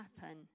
happen